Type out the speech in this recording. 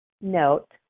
note